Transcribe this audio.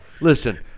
Listen